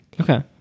Okay